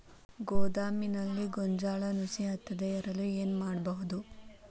ಗೋದಾಮಿನಲ್ಲಿ ಗೋಂಜಾಳ ನುಸಿ ಹತ್ತದೇ ಇರಲು ಏನು ಮಾಡುವುದು?